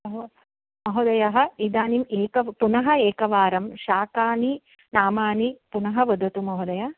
अहो महोदयः इदानीम् एकं पुनः एकवारं शाकानि नामानि पुनः वदतु महोदय